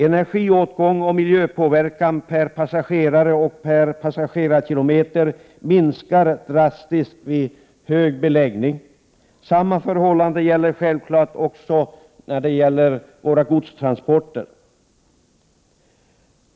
Energiåtgång och miljöpåverkan per passagerare och passagerarkilometer minskar drastiskt vid hög beläggning. Samma förhållande gäller självfallet våra godstransporter.